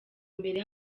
mbere